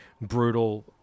brutal